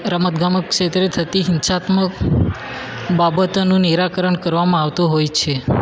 રમત ગમત ક્ષેત્રે થતી હિંસાત્મક બાબતોનું નિરાકરણ કરવામાં આવતું હોય છે